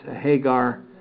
Hagar